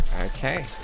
Okay